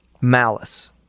malice